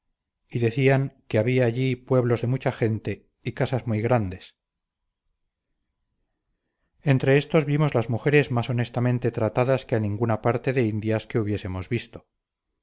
y decían que había allí pueblos de mucha gente y casas muy grandes entre éstos vimos las mujeres más honestamente tratadas que a ninguna parte de indias que hubiésemos visto